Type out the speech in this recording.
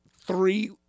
three